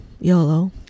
yolo